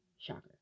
shocker